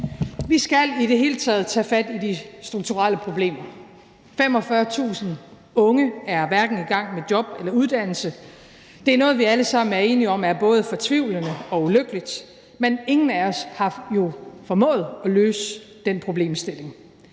Vi skal i det hele taget tage fat i de strukturelle problemer. 45.000 unge er hverken i gang med job eller uddannelse. Det er noget, vi alle sammen er enige om er både fortvivlende og ulykkeligt, men ingen af os har jo formået at løse den problemstilling.